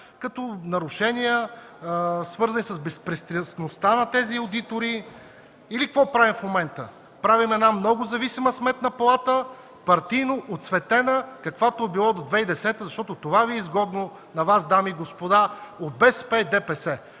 като нарушения, свързани с безпристрастността на тези одитори. Какво правим в момента? Правим една много зависима Сметна палата, партийно оцветена, каквато е била до 2010 г., защото това Ви е изгодно на Вас, дами и господа от БСП и ДПС.